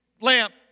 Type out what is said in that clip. lamp